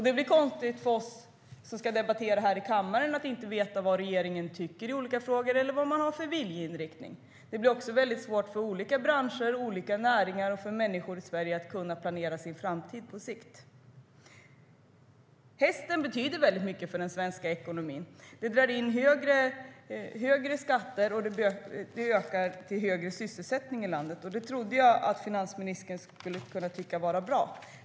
Det blir konstigt för oss som ska debattera här i kammaren att inte veta vad regeringen tycker i olika frågor eller vad den har för viljeinriktning. Det blir också väldigt svårt för olika branscher och näringar och för människor i Sverige att planera sin framtid på sikt. Hästen betyder väldigt mycket för den svenska ekonomin. Den drar in skatter och bidrar till högre sysselsättning i landet. Det trodde jag att finansministern skulle kunna tycka var bra.